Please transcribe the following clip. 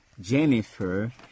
jennifer